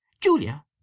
Julia